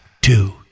two